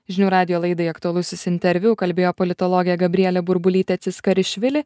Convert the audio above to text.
žinių radijo laidai aktualusis interviu kalbėjo politologė gabrielė burbulytė ciskarišvili